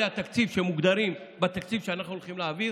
התקציב שמוגדרים בתקציב שאנחנו הולכים להעביר,